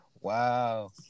Wow